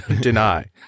Deny